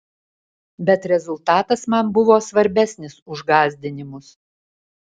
bet rezultatas man buvo svarbesnis už gąsdinimus